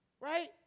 Right